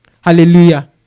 Hallelujah